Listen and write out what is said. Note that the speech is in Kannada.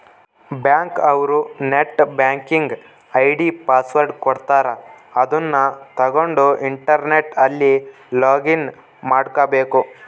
ಬ್ಯಾಂಕ್ ಅವ್ರು ನೆಟ್ ಬ್ಯಾಂಕಿಂಗ್ ಐ.ಡಿ ಪಾಸ್ವರ್ಡ್ ಕೊಡ್ತಾರ ಅದುನ್ನ ತಗೊಂಡ್ ಇಂಟರ್ನೆಟ್ ಅಲ್ಲಿ ಲೊಗಿನ್ ಮಾಡ್ಕಬೇಕು